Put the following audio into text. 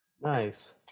Nice